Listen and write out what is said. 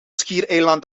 schiereiland